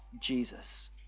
Jesus